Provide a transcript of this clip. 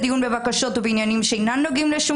דיון בבקשות ובעניינים שאינם נוגעים לשום